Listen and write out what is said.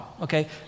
okay